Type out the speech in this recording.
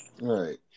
Right